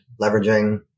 leveraging